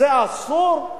זה אסור?